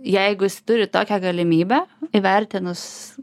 jeigu jis turi tokią galimybę įvertinus